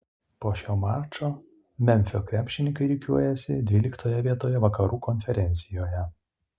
po šio mačo memfio krepšininkai rikiuojasi dvyliktoje vietoje vakarų konferencijoje